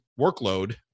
workload